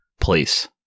place